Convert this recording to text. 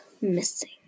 Missing